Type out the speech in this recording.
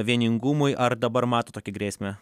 vieningumui ar dabar matot tokią grėsmę